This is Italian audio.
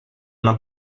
una